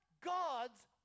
gods